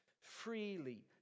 Freely